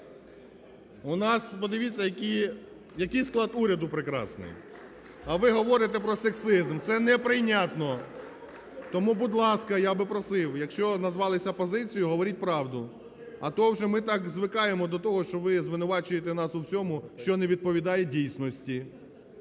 У нас подивіться який склад уряду прекрасний, а ви говорите про сексизм. Це неприйнятно. Тому, будь ласка, я би просив, якщо назвались опозицією, говоріть правду, а то вже ми так звикаємо до того, що ви звинувачуєте нас у всьому, що не відповідає дійсності.